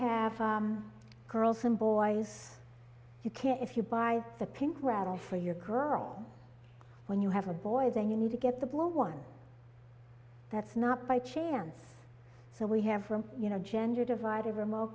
have girls and boys you can't if you buy the pink rattle for your girl when you have a boy then you need to get the blue one that's not by chance so we have room you know gender divide a remote